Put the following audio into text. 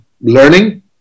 learning